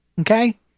Okay